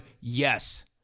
yes